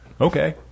Okay